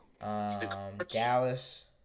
Dallas